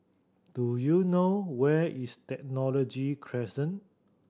do you know where is Technology Crescent